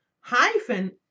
hyphen